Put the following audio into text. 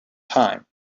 time